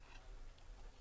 (שקף: